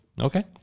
Okay